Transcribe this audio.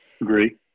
Agree